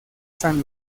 san